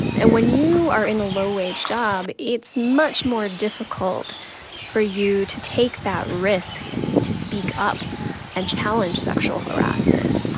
and when you are in a low-wage job, it's much more difficult for you to take that risk to speak up and challenge sexual harassment.